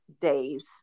days